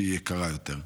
שהיא יקרה יותר.